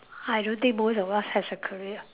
I don't think most of us has a career